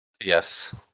Yes